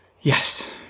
Yes